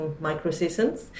micro-seasons